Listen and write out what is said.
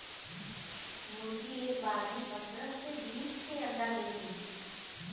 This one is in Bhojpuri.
मुरगी एक बार में पन्दरह से बीस ठे अंडा देली